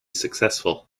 successful